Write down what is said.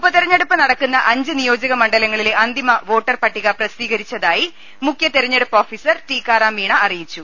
ഉപതെരഞ്ഞെടുപ്പ് നടക്കുന്ന അഞ്ച് നിയോജക മണ്ഡലങ്ങ ളിലെ അന്തിമ വോട്ടർപട്ടിക പ്രസിദ്ധീകരിച്ചതായി മുഖ്യതെരഞ്ഞെ ടുപ്പ് ഓഫീസർ ടിക്കാറാം മീണ അറിയിച്ചു